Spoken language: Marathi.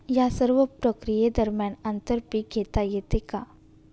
या सर्व प्रक्रिये दरम्यान आंतर पीक घेता येते का?